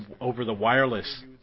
over-the-wireless